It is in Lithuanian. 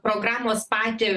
programos patį